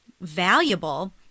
valuable